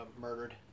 murdered